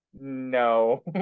no